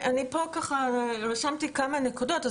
הזה רשמתי כמה נקודות.